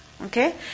Okay